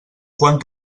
quan